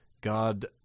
God